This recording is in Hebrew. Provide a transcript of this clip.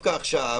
דווקא עכשיו,